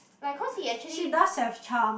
like cause he actually